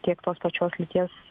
tiek tos pačios lyties